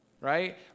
Right